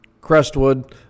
Crestwood